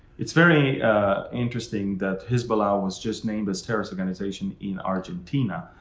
it's very interesting that hezbollah was just named this terrorist organization in argentina.